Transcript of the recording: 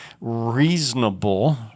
reasonable